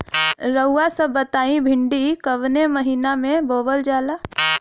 रउआ सभ बताई भिंडी कवने महीना में बोवल जाला?